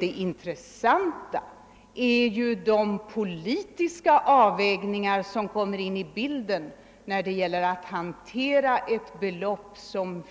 Det intressanta är de politiska avvägningar som kommer in i bilden när det gäller att hantera ett belopp på